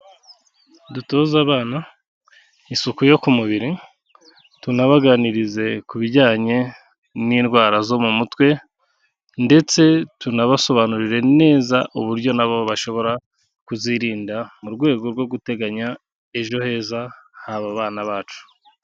Dutoze abana isuku yo ku mubiri tunabaganirize ku bijyanye n'indwara zo mu mutwe ndetse tunabasobanurire neza uburyo na bo bashobora kuzirinda mu rwego rwo guteganya ejo heza h'aba abana bacu.